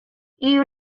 you